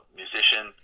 musician